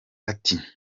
ati